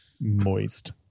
Moist